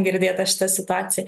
girdėta šita situacija